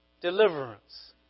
Deliverance